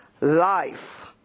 life